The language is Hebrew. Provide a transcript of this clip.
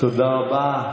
תודה רבה.